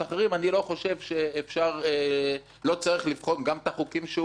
אני לא חושב שלא צריך לבחון גם את החוקים שהוא מביא